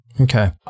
Okay